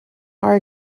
are